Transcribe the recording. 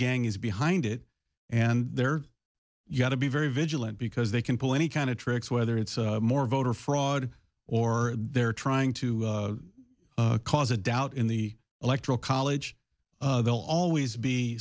gang is behind it and they're yet to be very vigilant because they can pull any kind of tricks whether it's more voter fraud or they're trying to cause a doubt in the electoral college they'll always be